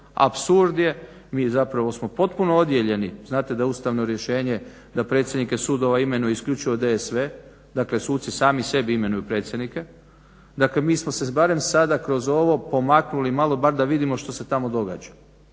Apsurd je, mi zapravo smo potpuno odijeljeni, znate da je ustavno rješenje da predsjednike sudova imenuje isključivo DSV. Dakle, suci sami sebi imenuju predsjednike. Dakle, mi smo se barem sada kroz ovo pomaknuli malo bar da vidimo što se tamo događa.